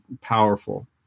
powerful